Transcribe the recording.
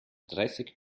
dreißig